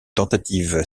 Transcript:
tentative